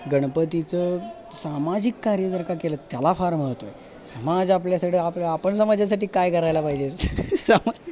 गणपतीचं सामाजिक कार्य जर का केलं त्याला फार महत्त्व आहे समाज आपल्यासाठी आप आपण समाजासाठी काय करायला पाहिजे सामा